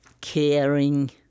caring